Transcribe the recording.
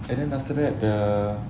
and then after that the